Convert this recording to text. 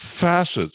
facets